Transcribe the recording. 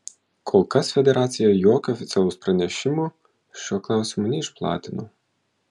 kol kas federacija jokio oficialaus pranešimo šiuo klausimu neišplatino